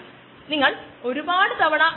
അത് എക്സോതെർമിക് റിയാക്ഷന്നു കാരണമാകും